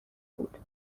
بود